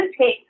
take